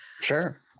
Sure